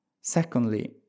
Secondly